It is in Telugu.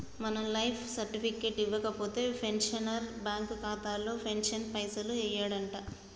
మనం లైఫ్ సర్టిఫికెట్ ఇవ్వకపోతే పెన్షనర్ బ్యాంకు ఖాతాలో పెన్షన్ పైసలు యెయ్యడంట